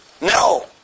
No